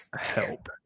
Help